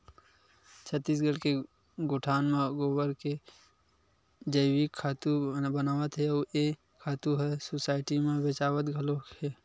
छत्तीसगढ़ के गोठान म गोबर के जइविक खातू बनावत हे अउ ए खातू ह सुसायटी म बेचावत घलोक हे